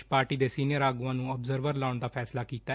ਵਿੱਚ ਪਾਰਟੀ ਦੇ ਸੀਨੀਅਰ ਆਗੁਆਂ ਨੁੰ ਆਬਜ਼ਰਵਰ ਲਾਉਣ ਦਾ ਫੈਸਲਾ ਕੀਤੈ